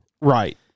Right